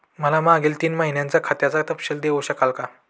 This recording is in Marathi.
मला मागील तीन महिन्यांचा खात्याचा तपशील देऊ शकाल का?